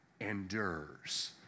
endures